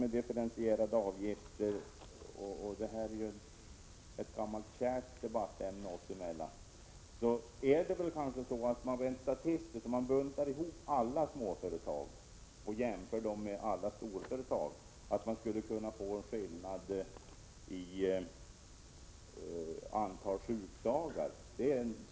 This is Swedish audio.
Differentierade avgifter är ju ett gammalt kärt debattämne oss emellan. Om man buntar ihop alla småföretag och jämför dem med alla storföretag, kan man nog rent statistiskt utläsa en skillnad i antal sjukdagar.